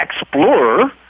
explorer